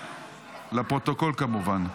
לפרוטוקול, כמובן.